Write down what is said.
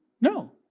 No